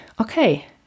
okay